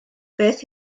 beth